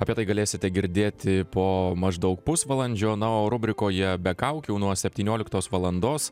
apie tai galėsite girdėti po maždaug pusvalandžio na o rubrikoje be kaukių nuo septynioliktos valandos